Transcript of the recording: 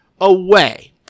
away